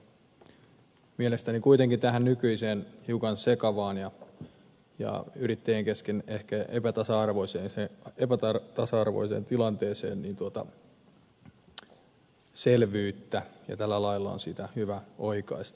tämä esitys tuo mielestäni kuitenkin tähän nykyiseen hiukan sekavaan ja yrittäjien kesken ehkä epätasa arvoiseen tilanteeseen selvyyttä ja tällä lailla on sitä hyvä oikaista